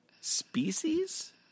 species